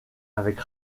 avec